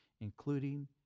including